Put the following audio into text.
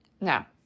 Now